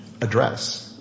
address